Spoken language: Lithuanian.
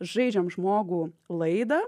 žaidžiam žmogų laidą